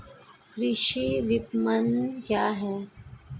कृषि विपणन क्या है?